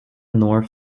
north